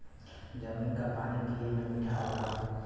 जमीन क पानी पिए में मीठा होला